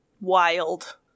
wild